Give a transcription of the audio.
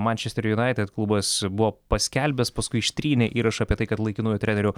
mančester junaitid klubas buvo paskelbęs paskui ištrynė įrašą apie tai kad laikinuoju treneriu